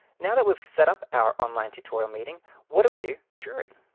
now that we've setup our online tutorial meeting, what do we do during?